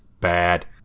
Bad